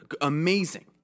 amazing